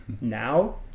now